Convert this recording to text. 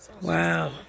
wow